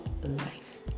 life